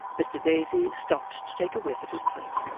mr daisy stopped to take a whiff at his pipe,